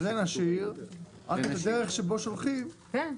אז את זה נשאיר, רק את הדרך שבה שולחים נשנה.